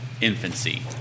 Infancy